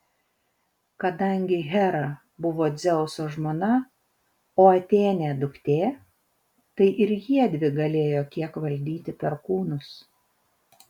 kadangi hera buvo dzeuso žmona o atėnė duktė tai ir jiedvi galėjo kiek valdyti perkūnus